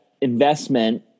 investment